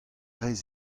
rez